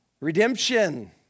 redemption